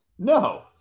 No